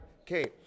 okay